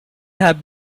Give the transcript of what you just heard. have